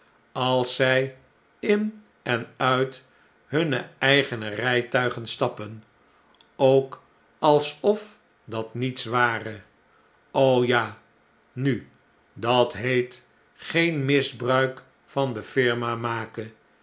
als zy in en uit hunne eigenerijtuigenstappen ook alsof dat niets ware ja nu dat heet geen misbruik van de firma maken